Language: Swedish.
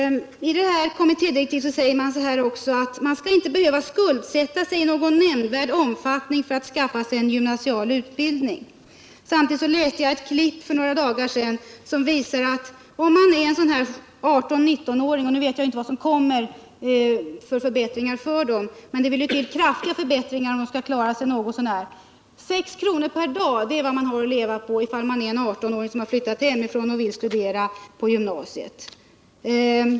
I kommittédirektiven sägs också att man inte skall behöva skuldsätta sig i någon nämnvärd omfattning för att skaffa sig en gymnasial utbildning. Nu vet jag ju inte vilka förbättringar som kommer för de studerande, men det vill till kraftiga förbättringar om de skall kunna klara sig något så när. För några dagar sedan läste jag ett klipp som visar att en 18-19-åring har 6 kr. per dag att leva på om han eller hon har flyttat hemifrån och vill studera på gymnasiet.